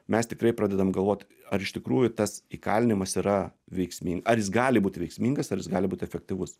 mes tikrai pradedam galvot ar iš tikrųjų tas įkalinimas yra veiksmin ar jis gali būt veiksmingas ar gali būt efektyvus